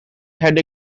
had